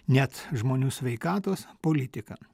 net žmonių sveikatos politika